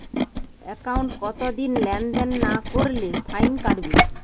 একাউন্টে কতদিন লেনদেন না করলে ফাইন কাটবে?